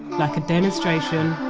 like a demonstration,